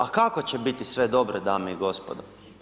A kako će biti sve dobro dame i gospodo?